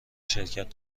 شرکت